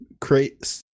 create